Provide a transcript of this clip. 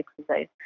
exercise